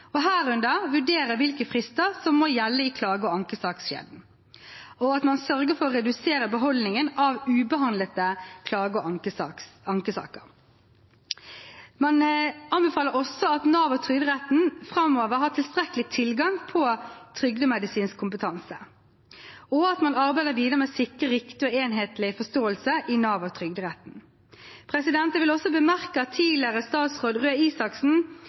herunder å vurdere hvilke frister som må gjelde i klage- og ankesakskjeden, og at man sørger for å redusere beholdningen av ubehandlede klage- og ankesaker. Man anbefaler også at Nav og Trygderetten framover har tilstrekkelig tilgang på trygdemedisinsk kompetanse, og at man arbeider videre med å sikre riktig og enhetlig lovforståelse i Nav og Trygderetten. Jeg vil også bemerke at tidligere statsråd Røe Isaksen